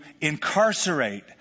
incarcerate